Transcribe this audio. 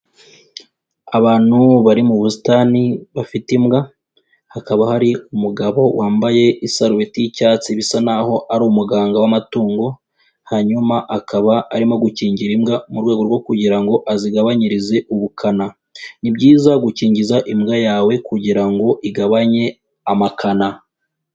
Abantu bari mu busitani bafite imbwa, hakaba hari umugabo wambaye isarubeti y'icyatsi bisa naho ari umuganga w'amatungo, hanyuma akaba arimo gukingira imbwa, mu rwego rwo kugira ngo azigabanyirize ubukana. Ni byiza gukingiza imbwa yawe kugira ngo igabanye amakana.